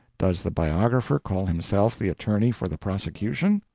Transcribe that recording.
does the biographer call himself the attorney for the prosecution?